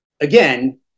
again